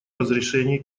разрешении